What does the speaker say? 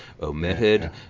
omitted